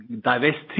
divesting